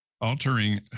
altering